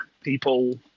people